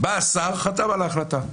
בא השר, חתם על ההחלטה.